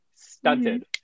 stunted